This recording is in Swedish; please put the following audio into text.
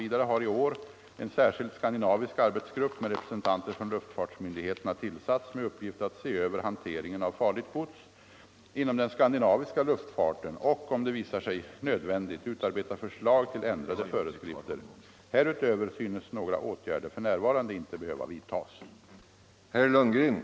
Vidare har i år en särskild skandinavisk arbetsgrupp med representanter från luftfartsmyndigheterna tillsatts med uppgift att se över hanteringen av farligt gods inom den skandinaviska luftfarten och, om det visar sig nödvändigt, utarbeta förslag till ändrade föreskrifter. Härutöver synes några åtgärder för närvarande inte behöva vidtagas.